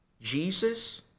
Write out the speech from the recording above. Jesus